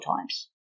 times